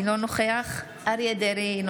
אינו נוכח אריה מכלוף דרעי,